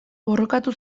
borrokatu